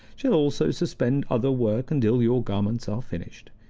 shall also suspend other work until your garments are finished.